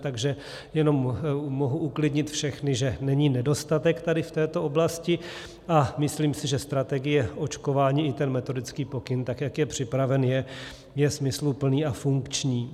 Takže jenom mohu uklidnit všechny, že není nedostatek v této oblasti, a myslím si, že strategie očkování i metodický pokyn, tak jak je připraven, je smysluplný a funkční.